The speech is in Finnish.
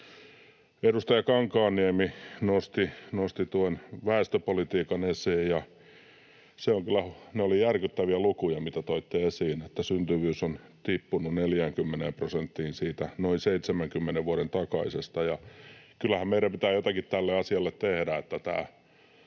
Edustaja Kankaanniemi nosti tuon väestöpolitiikan esiin, ja ne olivat järkyttäviä lukuja, mitä toitte esiin, että syntyvyys on tippunut 40 prosenttiin siitä noin 70 vuoden takaisesta. Kyllähän meidän pitää jotakin tälle asialle tehdä,